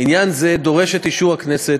עניין זה דורש את אישור הכנסת,